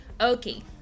okay